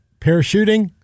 parachuting